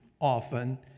often